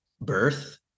Birth